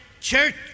church